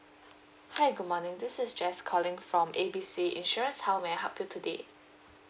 hi good morning this is jess calling from A B C insurance how may I help you today